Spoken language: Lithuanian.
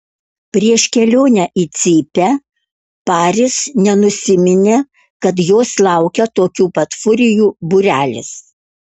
prieš kelionę į cypę paris nenusiminė kad jos laukia tokių pat furijų būrelis